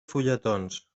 fulletons